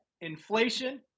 inflation